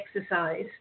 exercise